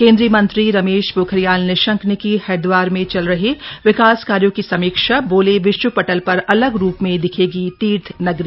केंद्रीय मंत्री रमेश पोखरियाल निशंक ने की हरिद्वार में चल रहे विकास कार्यों की समीक्षा बोले विश्व पटल पर अलग रूप में दिखेगी तीर्थनगरी